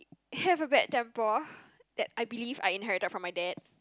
have a bad temper that I believe I inherited from my dad